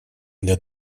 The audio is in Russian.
для